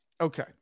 Okay